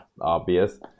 obvious